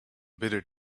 bitter